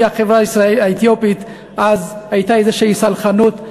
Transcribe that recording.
החברה האתיופית הייתה איזושהי סלחנות,